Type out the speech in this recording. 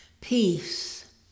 Peace